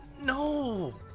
no